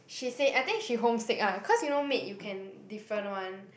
she say I think she home sick ah cause you know maid you can different [one]